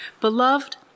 Beloved